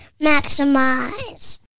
maximize